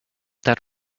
that